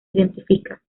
identifica